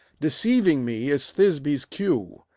deceiving me is thisby's cue.